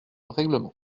règlement